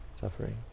suffering